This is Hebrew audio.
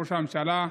לראש הממשלה,